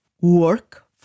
Work